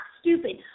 stupid